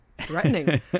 threatening